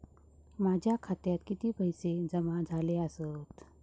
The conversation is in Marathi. माझ्या खात्यात किती पैसे जमा झाले आसत?